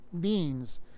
beings